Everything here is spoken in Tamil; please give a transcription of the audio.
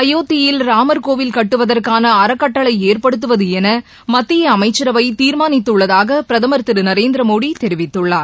அயோத்தியில் ராமர்கோவில் கட்டுவதற்கான அறக்கட்டளை ஏற்படுத்துவதென மத்திய அமைச்சரவை தீர்மானித்துள்ளதாக பிரதமர் திரு நரேந்திரமோடி தெரிவித்துள்ளார்